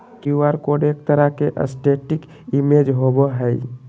Q R code एक तरह के स्टेटिक इमेज होबो हइ